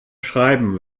schreiben